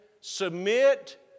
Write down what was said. submit